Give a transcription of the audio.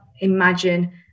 imagine